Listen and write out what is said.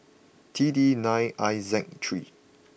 T D nine I Z three